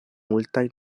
multaj